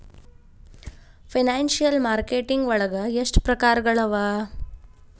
Financial marketing ವಳಗ ಎಷ್ಟ್ ಪ್ರಕ್ರಾರ್ಗಳವ?